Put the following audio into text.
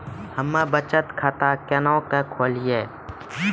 हम्मे बचत खाता केना के खोलियै?